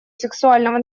сексуального